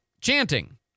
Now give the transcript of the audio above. chanting